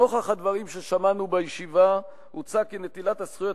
נוכח הדברים ששמענו בישיבה הוצע כי נטילת הזכויות